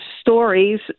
stories